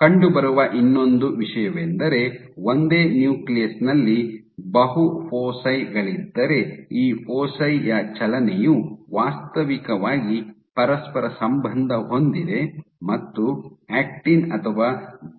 ಕಂಡುಬರುವ ಇನ್ನೊಂದು ವಿಷಯವೆಂದರೆ ಒಂದೇ ನ್ಯೂಕ್ಲಿಯಸ್ ನಲ್ಲಿ ಬಹು ಫೋಸಿ ಗಳಿದ್ದರೆ ಈ ಫೊಸಿ ಯ ಚಲನೆಯು ವಾಸ್ತವಿಕವಾಗಿ ಪರಸ್ಪರ ಸಂಬಂಧ ಹೊಂದಿದೆ ಮತ್ತು ಆಕ್ಟಿನ್ ಅಥವಾ